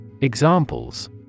examples